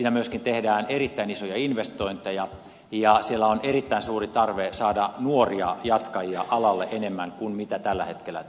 siinä myöskin tehdään erittäin isoja investointeja ja siellä on erittäin suuri tarve saada nuoria jatkajia alalle enemmän kuin mitä tällä hetkellä tulee